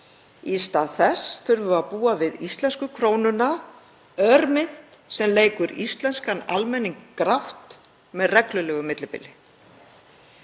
Í stað þess þurfum við að búa við íslensku krónuna, örmynt sem leikur íslenskan almenning grátt með reglulegu millibili.